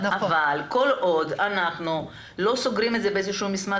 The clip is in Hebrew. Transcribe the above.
אבל כל עוד אנחנו לא סוגרים את זה במסמך,